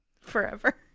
forever